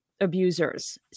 abusers